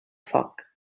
foc